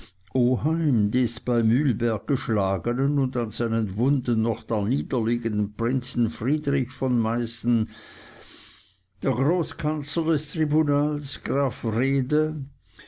oheim des bei mühlberg geschlagenen und an seinen wunden noch daniederliegenden prinzen friedrich von meißen der großkanzler des tribunals graf wrede